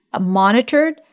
Monitored